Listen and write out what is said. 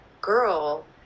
girl